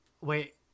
Wait